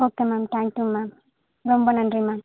okay ma'am thank you ma'am ரொம்ப நன்றி ma'am